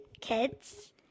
kids